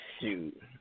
Shoot